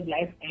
Life